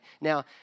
Now